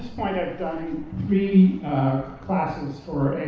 point i've done three classes for a